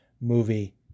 movie